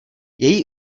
její